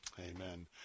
amen